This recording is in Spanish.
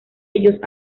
ellos